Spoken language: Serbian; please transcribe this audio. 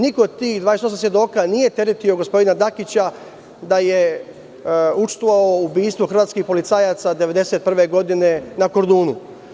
Niko od tih 28 svedoka nije teretio gospodina Dakića da je učestvovao u ubistvu hrvatskih policajaca 1991. godine na Kordunu.